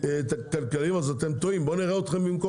אני מדבר איתכם מהשטח,